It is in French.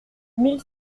mille